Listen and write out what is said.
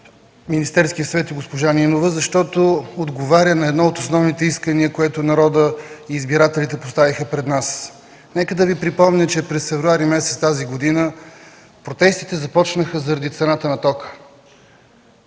Министерският съвет, и госпожа Нинова, защото отговаря на едно от основните искания, което народът и избирателите поставиха пред нас. Нека да Ви припомня, че през месец февруари тази година протестите започнаха заради цената на тока.